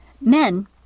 Men